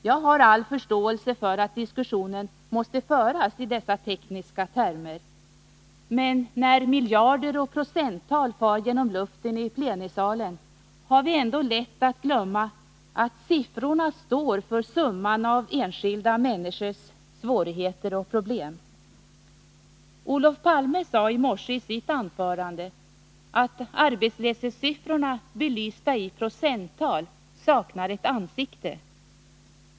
Jag har all förståelse för att diskussionen måste föras i dessa tekniska termer, men när miljarder och procenttal far genom luften i plenisalen har vi ändå lätt att glömma att siffrorna står för summan av enskilda människors svårigheter och problem. Olof Palme sade i morse i sitt anförande att arbetslöshetssiffrorna belysta i procenttal saknar ett ansikte.